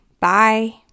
bye